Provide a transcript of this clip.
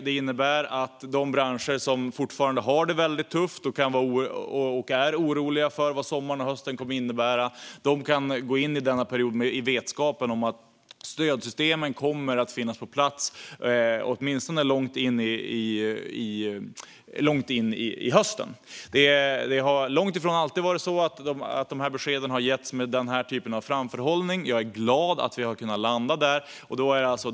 Det innebär att de branscher som fortfarande har det väldigt tufft och som är oroliga för vad sommaren och hösten kommer att innebära kan gå in i denna period med vetskap om att stödsystemen kommer att finnas på plats åtminstone långt in på hösten. Det har långt ifrån alltid varit så att dessa besked har getts med den här typen av framförhållning. Jag är glad att vi har kunnat landa där.